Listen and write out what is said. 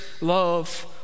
love